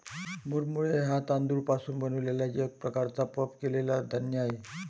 मुरमुरे हा तांदूळ पासून बनलेला एक प्रकारचा पफ केलेला धान्य आहे